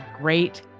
great